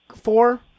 four